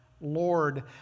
Lord